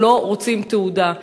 אבל לא רוצים תעודה.